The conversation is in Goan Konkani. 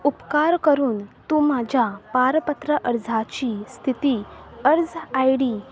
उपकार करून तूं म्हाज्या पारपत्र अर्जाची स्थिती अर्ज आय डी